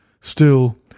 Still